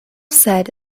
said